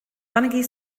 bainigí